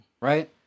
right